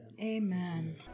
Amen